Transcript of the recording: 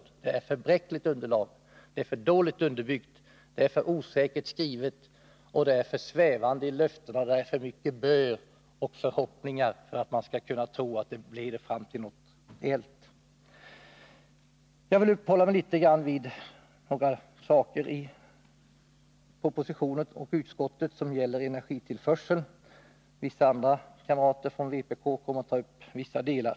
Den utgör ett för bräckligt och dåligt underlag, skrivningarna är för osäkra, löftena är för svävande och propositionen innehåller för mycket bön och förhoppningar för att man skall kunna tro att förslagen leder fram till något. Jag vill uppehålla mig litet grand vid några saker i propositionen och utskottsbetänkandet som gäller energitillförseln. Vissa andra kamrater från vpk kommer att ta upp andra delar.